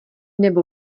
nebo